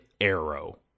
arrow